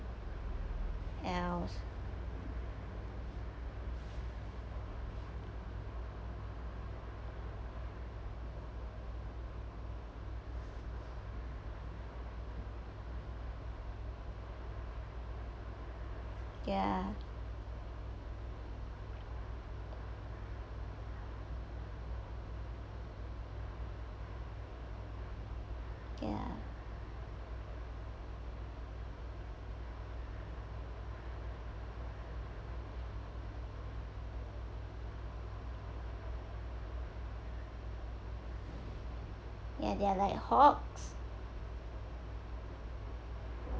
else ya ya ya they're like hogs